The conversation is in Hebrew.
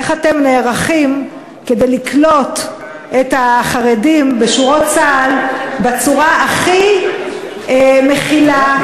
איך אתם נערכים כדי לקלוט את החרדים בשורות צה"ל בצורה הכי מכילה,